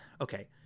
Okay